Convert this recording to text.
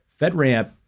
FedRAMP